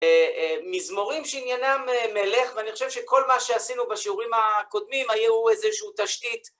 מזמורים שעניינם מלך, ואני חושב שכל מה שעשינו בשיעורים הקודמים היו איזושהי תשתית.